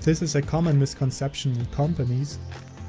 this is a common misconception in companies